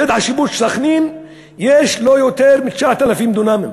כשבשטח השיפוט של סח'נין יש לא יותר מ-9,000 דונמים,